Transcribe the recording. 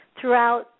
Throughout